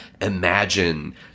imagine